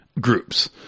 groups